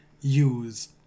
use